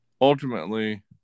Ultimately